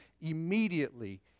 immediately